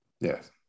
Yes